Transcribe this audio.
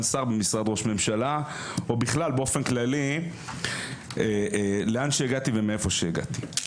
שר במשרד ראש הממשלה או בכלל באופן כללי לאן שהגעתי ומאיפה שהגעתי.